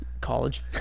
College